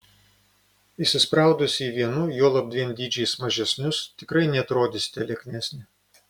įsispraudusi į vienu juolab dviem dydžiais mažesnius tikrai neatrodysite lieknesnė